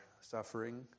suffering